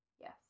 Yes